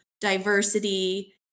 diversity